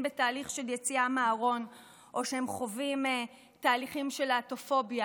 בתהליך של יציאה מהארון או שהם חווים תהליכי להט"בופוביה.